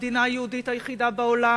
המדינה היהודית היחידה בעולם,